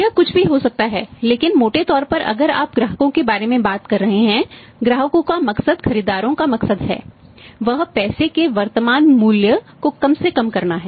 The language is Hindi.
यह कुछ भी हो सकता है लेकिन मोटे तौर पर अगर आप ग्राहकों के बारे में बात कर रहे हैं ग्राहकों का मकसद खरीदारों का मकसद है वह पैसे के वर्तमान मूल्य को कम से कम करना है